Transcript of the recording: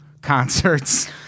concerts